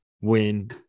win –